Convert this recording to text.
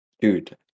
Dude